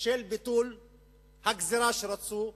של ביטול הגזירה שרצו להטיל,